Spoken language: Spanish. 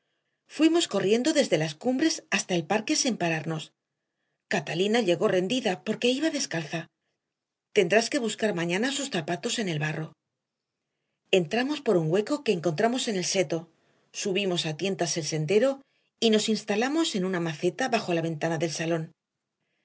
fuimos corriendo desde las cumbres hasta el parque sin pararnos catalina llegó rendida porque iba descalza tendrás que buscar mañana sus zapatos en el barro entramos por un hueco que encontramos en el seto subimos a tientas el sendero y nos instalamos en una maceta bajo la ventana del salón